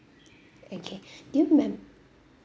okay do you remember